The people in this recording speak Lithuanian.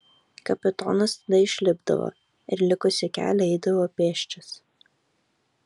kapitonas tada išlipdavo ir likusį kelią eidavo pėsčias